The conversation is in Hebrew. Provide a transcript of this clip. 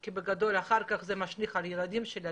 כי בגדול אחר כך זה משליך על הילדים שלי,